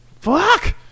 Fuck